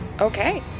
Okay